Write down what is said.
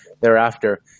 thereafter